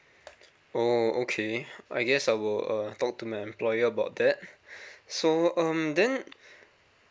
oh okay I guess I will talk to my employer about that so um then